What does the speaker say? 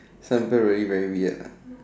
some people really very weird lah